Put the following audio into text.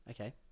Okay